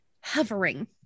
hovering